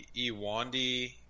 Iwandi